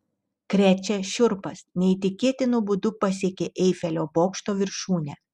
krečia šiurpas neįtikėtinu būdu pasiekė eifelio bokšto viršūnę